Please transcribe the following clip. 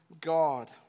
God